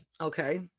Okay